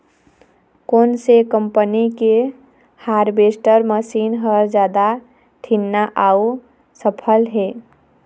कोन से कम्पनी के हारवेस्टर मशीन हर जादा ठीन्ना अऊ सफल हे?